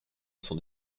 sont